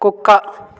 కుక్క